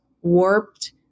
warped